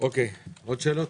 עוד שאלות?